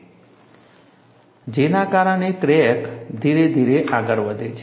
જેના કારણે ક્રેક ધીરે ધીરે આગળ વધે છે